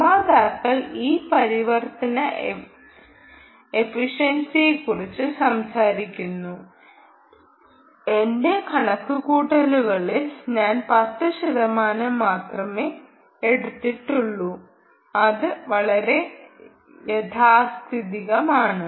നിർമ്മാതാക്കൾ ഈ പരിവർത്തന എഫിഷൻസിയെക്കുറിച്ച് സംസാരിക്കുന്നു എന്റെ കണക്കുകൂട്ടലുകളിൽ ഞാൻ 10 ശതമാനം മാത്രമേ എടുത്തിട്ടുള്ളൂ അത് വളരെ യാഥാസ്ഥിതികമാണ്